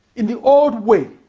in the old way,